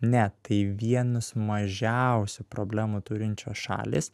ne tai vienus mažiausių problemų turinčios šalys